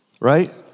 right